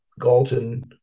Galton